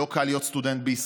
לא קל להיות סטודנט בישראל,